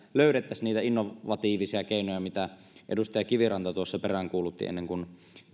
löydettäisiin niitä innovatiivisia keinoja mitä edustaja kiviranta tuossa peräänkuulutti ennen kuin